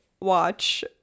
watch